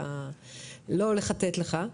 לא בשביל לחטט לך,